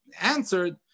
answered